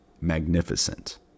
magnificent